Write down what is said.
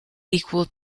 equal